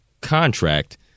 contract